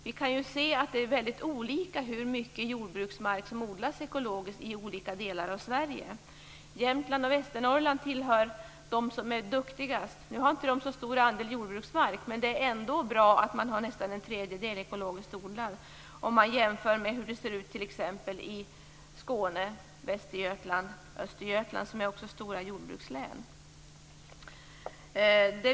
Vi kan ju se att det är väldigt olika hur mycket jordbruksmark som odlas ekologiskt i olika delar av Sverige. Jämtland och Västernorrland hör till dem som är duktigast. Nu har inte de så stor andel jordbruksmark, men det är ändå bra att man har nästan en tredjedel ekologiskt odlat. Det kan jämföras med hur det ser ut i Skåne, Västergötland och Östergötland, som är stora jordbrukslän.